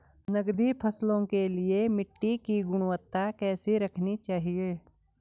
नकदी फसलों के लिए मिट्टी की गुणवत्ता कैसी रखनी चाहिए?